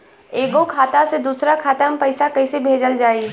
एगो खाता से दूसरा खाता मे पैसा कइसे भेजल जाई?